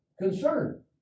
concern